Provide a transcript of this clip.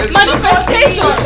manifestation